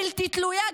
בלתי תלויה,